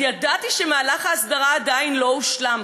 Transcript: ידעתי שמהלך ההסדרה עדיין לא הושלם.